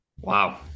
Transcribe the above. Wow